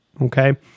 Okay